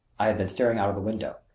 i had been staring out of the window.